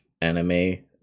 anime